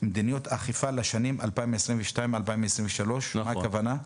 מדיניות אכיפה לשנים 2022,2023. מה הכוונה?